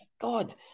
God